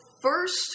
First